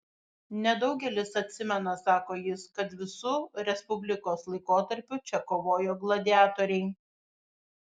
nedaugelis atsimena sako jis kad visu respublikos laikotarpiu čia kovojo gladiatoriai